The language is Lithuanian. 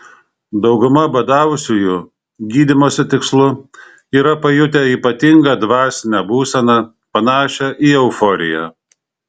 dauguma badavusiųjų gydymosi tikslu yra pajutę ypatingą dvasinę būseną panašią į euforiją